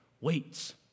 waits